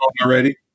already